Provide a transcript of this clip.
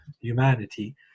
humanity